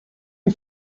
you